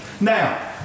now